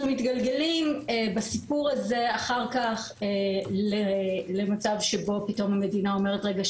אנחנו מתגלגלים בסיפור הזה אחר כך למצב שבו פתאום המדינה אומרת: רגע,